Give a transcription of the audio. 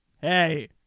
Hey